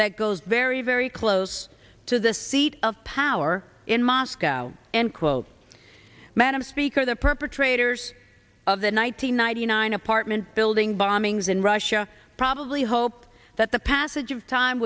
that goes very very close to the seat of power in moscow and quote madam speaker the perpetrators of the one nine hundred ninety nine apartment building bombings in russia probably hope that the passage of time